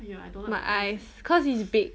my eyes cause it's big